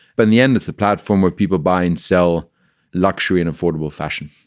but in the end, it's a platform where people buy and sell luxury in affordable fashion.